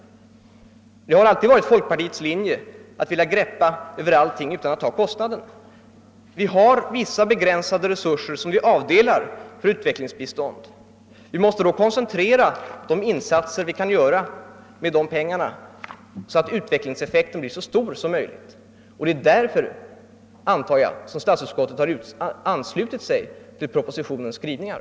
Det har alltid varit folkpartiets linje att vilja gripa över allting utan att ta kostnaderna. Vi har vissa, begränsade resurser som vi avdelar för utvecklingsbistånd. Vi måste då koncentrera de insatser vi kan göra med dessa pengar så, att utvecklingseffekten blir så stor som möjligt. Det är därför, antar jag, som statsutskottet har anslutit sig till propositionens skrivningar.